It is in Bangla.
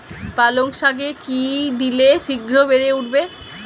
পালং শাকে কি দিলে শিঘ্র বেড়ে উঠবে?